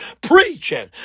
preaching